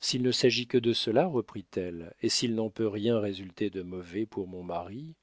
s'il ne s'agit que de cela reprit-elle et s'il n'en peut rien résulter de mauvais pour mon mari